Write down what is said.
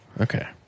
Okay